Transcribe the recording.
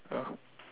ya